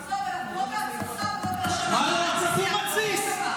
עזוב, אנחנו לא בהתססה ולא, מי מתסיס?